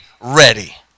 ready